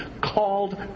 called